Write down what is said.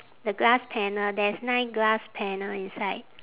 the glass panel there's nine glass panel inside